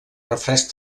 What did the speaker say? refresc